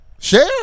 Share